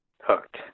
hooked